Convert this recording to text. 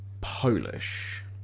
Polish